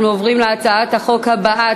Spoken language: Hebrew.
אנחנו עוברים להצעת החוק הבאה,